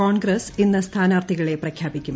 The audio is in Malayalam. കോൺഗ്രസ് ഇന്ന് സ്ഥാനാർത്ഥികളെ പ്രഖ്യാപിക്കും